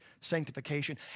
sanctification